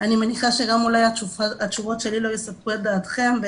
ואני מניחה שאולי גם התשובות שלי לא יספקו את דעתכם,